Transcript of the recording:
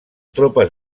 tropes